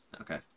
Okay